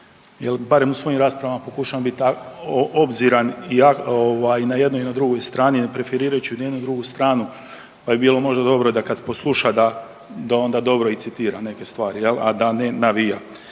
jer barem u svojim raspravama pokušavam biti obziran i ovaj i na jednoj i na drugoj strani ne preferirajući ni jednu ni drugu stranu, pa bi bilo možda dobro da kad posluša da onda dobro i citira neke stvari jel, a da ne navija.